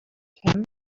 him